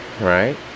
right